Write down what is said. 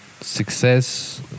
success